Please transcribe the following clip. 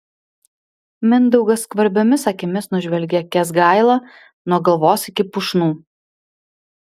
mindaugas skvarbiomis akimis nužvelgia kęsgailą nuo galvos iki pušnų